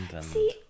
See